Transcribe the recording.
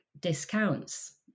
discounts